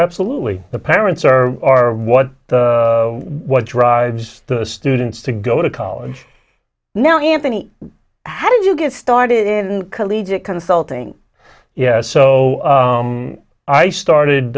absolutely the parents are are what what drives the students to go to college now anthony how do you get started in collegiate consulting yeah so i started